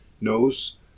knows